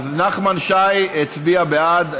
נחמן שי הצביע בעד.